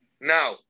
Now